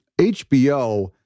HBO